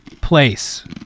Place